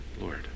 Lord